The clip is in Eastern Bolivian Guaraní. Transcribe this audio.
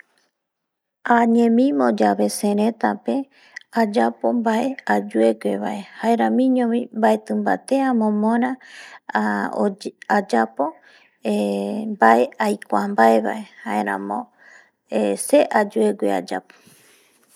Ayemimo yabe sereta, ayapo bae ayuewe bae jaeramiño bi baeti bate amomora ayapo eh nbae aikuia baeva jaeramo se ayuewe ayapo